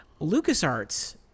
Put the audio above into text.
LucasArts